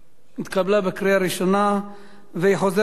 התקבלה בקריאה הראשונה והיא חוזרת לוועדת